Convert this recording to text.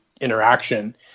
interaction